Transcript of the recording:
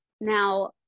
now